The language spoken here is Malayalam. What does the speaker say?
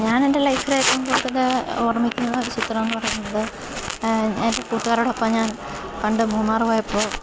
ഞാനെൻ്റെ ലൈഫിലേറ്റവും കൂടുതല് ഓർമ്മിക്കുന്നൊരു ചിത്രമെന്ന് പറയുന്നത് എൻ്റെ കൂട്ടുകാരോടൊപ്പം ഞാൻ പണ്ട് മൂന്നാറ് പോയപ്പോള്